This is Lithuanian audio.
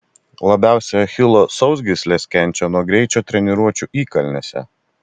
labiausiai achilo sausgyslės kenčia nuo greičio treniruočių įkalnėse